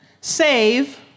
save